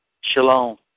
Shalom